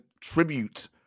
tribute